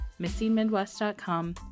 missingmidwest.com